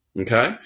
Okay